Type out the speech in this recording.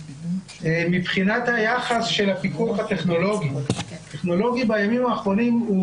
מבחינת היחס של הפיקוח הטכנולוגי בימים האחרונים הוא